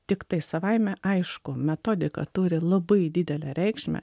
tiktai savaime aišku metodika turi labai didelę reikšmę